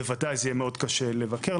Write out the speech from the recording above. ודאי זה יהיה קשה לבקר.